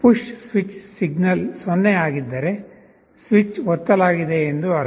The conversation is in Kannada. push switch signal switch signal 0 ಆಗಿದ್ದರೆ ಸ್ವಿಚ್ ಒತ್ತಲಾಗಿದೆ ಎಂದು ಅರ್ಥ